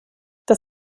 das